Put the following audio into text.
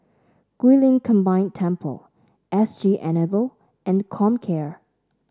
Guilin Combined Temple S G Enable and Comcare